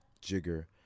jigger